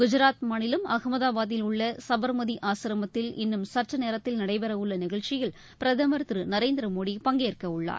குஜராத் மாநிலம் அகமதாபாதில் உள்ள சபர்மதி ஆசிரமத்தில் இன்னும் சற்றுநேரத்தில் நடைபெறவுள்ள நிகழ்ச்சியில் பிரதமர் திரு நரேந்திர மோடி பங்கேற்கவுள்ளார்